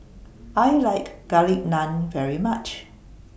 I like Garlic Naan very much